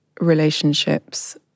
relationships